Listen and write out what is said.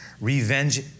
revenge